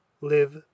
live